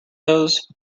those